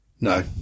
No